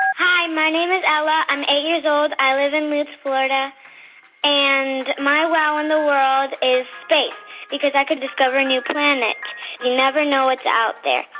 hi. my name is ella. i'm eight years old. i live in florida and my wow in the world is space because i could discover new planets. you never know what's out there.